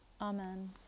Amen